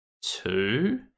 two